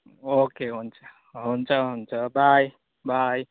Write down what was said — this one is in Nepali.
ओके हुन्छ हुन्छ हुन्छ बाई बाई